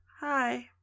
Hi